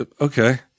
Okay